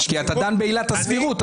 כי אם בעילת הסבירות עסקינן,